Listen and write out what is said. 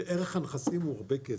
ערך הנכסים הוא הרבה כסף.